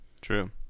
True